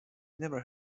never